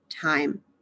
time